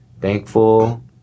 thankful